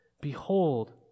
Behold